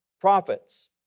profits